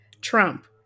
Trump